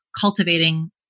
cultivating